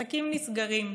עסקים נסגרים,